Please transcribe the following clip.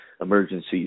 emergency